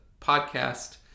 podcast